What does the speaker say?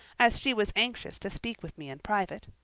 as she was anxious to speak with me in private.